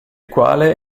quale